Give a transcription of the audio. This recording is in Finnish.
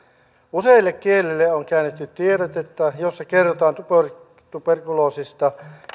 useille kielille on käännetty tiedotetta jossa kerrotaan tuberkuloosista